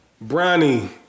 Brownie